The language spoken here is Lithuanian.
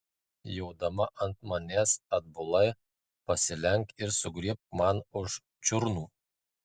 jodama ant manęs atbulai pasilenk ir sugriebk man už čiurnų